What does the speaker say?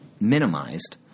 minimized